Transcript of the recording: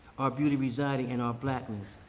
our beauty residing in our blackness,